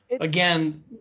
again